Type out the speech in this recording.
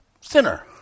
sinner